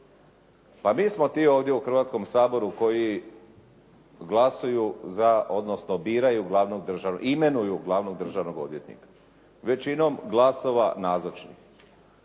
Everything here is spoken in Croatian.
Pa mi smo ti ovdje u Hrvatskom saboru koji glasuju za, odnosno biraju glavnog državnog, imenuju glavnog državnog odvjetnika većinom glasova nazočnih.